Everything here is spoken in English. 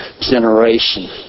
generation